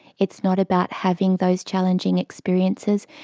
it's not about having those challenging experiences,